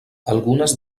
algunes